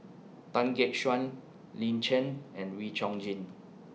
Tan Gek Suan Lin Chen and Wee Chong Jin